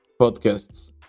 podcasts